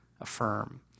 affirm